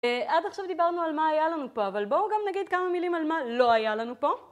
עד עכשיו דיברנו על מה היה לנו פה, אבל בואו גם נגיד כמה מילים על מה לא היה לנו פה.